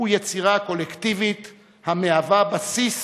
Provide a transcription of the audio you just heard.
הוא יצירה קולקטיבית המהווה בסיס